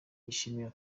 yishimiye